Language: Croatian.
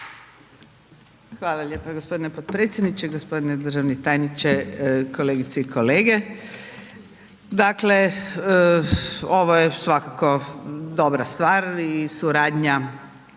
Hvala lijepo g. potpredsjedniče. G. Državni tajniče, kolegice i kolege. Dakle, ovo je svakako dobra stvar i suradnja